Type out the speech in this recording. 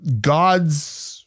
God's